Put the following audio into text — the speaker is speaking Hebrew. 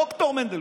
ד"ר מנדלבליט,